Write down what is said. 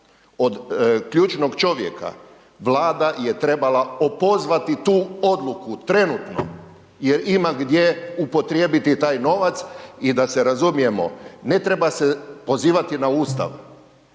od ključnog čovjeka, Vlada je trebala opozvati tu odluku trenutno jer ima gdje upotrijebiti taj novac. I da se razumijemo, ne treba se pozivati na Ustav,